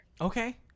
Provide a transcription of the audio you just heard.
okay